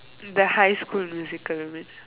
the high school musical